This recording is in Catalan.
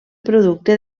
producte